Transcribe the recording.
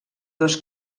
dos